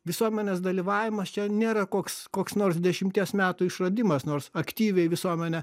visuomenės dalyvavimas čia nėra koks koks nors dešimties metų išradimas nors aktyviai visuomenė